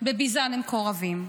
בביזה למקורבים.